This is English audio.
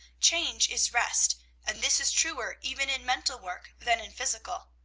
change is rest and this is truer even in mental work than in physical.